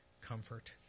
comfort